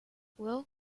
well